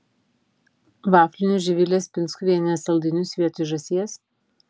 vaflinius živilės pinskuvienės saldainius vietoj žąsies